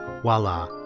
Voila